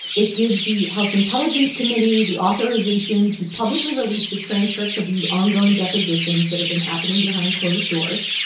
it gives the house intelligence committee the authorization to publicly release the transcripts of these ongoing depositions that have been happening behind closed doors.